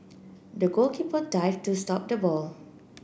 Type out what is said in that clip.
the goalkeeper dived to stop the ball